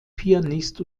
pianist